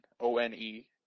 O-N-E